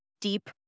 deep